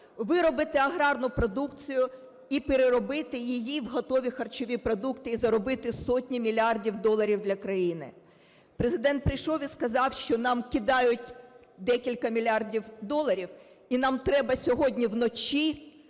виробити аграрну продукцію і переробити її в готові харчові продукти, і заробити сотні мільярдів доларів для країни. Президент прийшов і сказав, що нам кидають декілька мільярдів доларів і нам треба сьогодні вночі